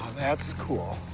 that's cool.